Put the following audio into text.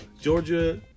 Georgia